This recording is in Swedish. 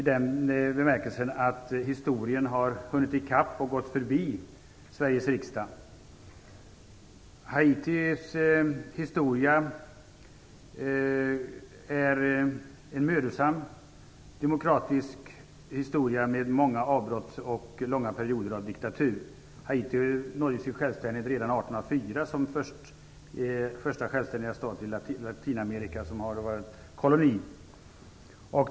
Historien har nämligen hunnit i kapp och gått förbi Sveriges riksdag. Haitis historia präglas av ett mödosamt arbete för demokrati med många avbrott och långa perioder av diktatur. Haiti uppnådde självständighet redan 1804 och blev den första självständiga staten bland kolonierna i Latinamerika.